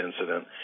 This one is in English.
incident